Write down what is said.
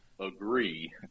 Agree